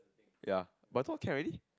ya but I thought can already